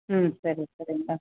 ಹ್ಞೂ ಸರಿ ಸರಿ ಮೇಡಮ್